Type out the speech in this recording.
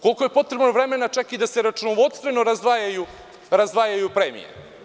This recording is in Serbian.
Koliko je potrebno vremena čak i da se računovodstveno razdvajaju premije?